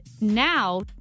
now